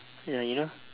ya you know